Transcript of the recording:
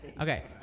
Okay